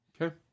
Okay